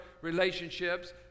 relationships